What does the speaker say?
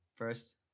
first